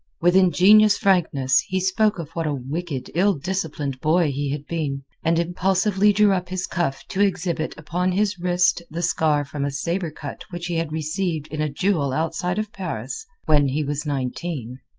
with ingenuous frankness he spoke of what a wicked, ill-disciplined boy he had been, and impulsively drew up his cuff to exhibit upon his wrist the scar from a saber cut which he had received in a duel outside of paris when he was nineteen.